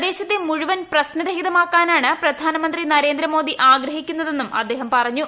പ്രദേശത്തെ മുഴുവൻ പ്രശ്ന രഹിതമാക്കാനാണ് പ്രധാനമന്ത്രി നരേന്ദ്രമോദി ആഗ്രഹിക്കുന്നതെന്നും അദ്ദേഹം പറഞ്ഞു